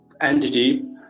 entity